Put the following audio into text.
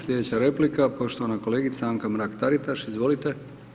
Slijedeća replika, poštovana kolegica Anka Mrak Taritaš, izvolite.